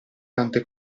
tante